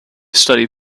study